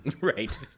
Right